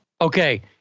Okay